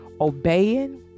Obeying